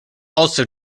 also